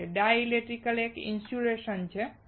dielectric એ એક insulator છે